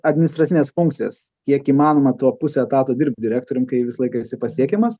administracines funkcijas kiek įmanoma tuo pusę etato dirbt direktorium kai visą laiką esi pasiekiamas